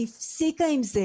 היא הפסיקה עם זה.